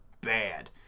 bad